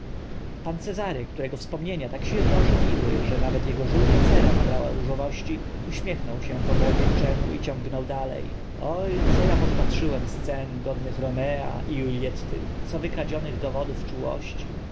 pan cezary którego wspomnienia tak silnie ożywiły że nawet ego żółta cera nabiegła różowością uśmiechnął się po młodzieńczemu i ciągnął dale o co a podpatrzyłem scen godnych romea i julietty co wykradzionych dowo lustro dów czułości